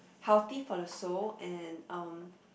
healthy for the soul and um